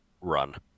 Run